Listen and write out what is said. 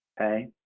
okay